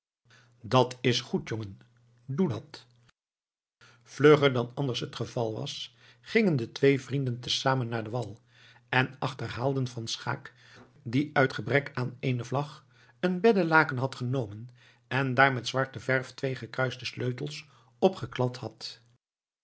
dat is goed jongen doe dat vlugger dan anders het geval was gingen de twee vrienden te zamen naar den wal en achterhaalden van schaeck die uit gebrek aan eene vlag een beddelaken had genomen en daar met zwarte verf twee gekruiste sleutels op geklad had